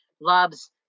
loves